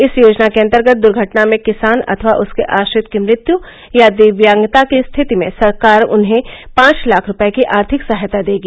इस योजना के अंतर्गत दुर्घटना में किसान अथवा उसके आश्रित की मृत्यु या दिव्यांगता की स्थिति में सरकार उन्हें पांच लाख रूपए की आर्थिक सहायता देगी